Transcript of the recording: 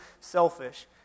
selfish